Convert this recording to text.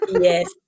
Yes